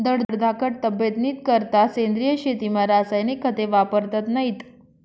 धडधाकट तब्येतनीकरता सेंद्रिय शेतीमा रासायनिक खते वापरतत नैत